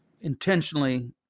intentionally